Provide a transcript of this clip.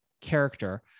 character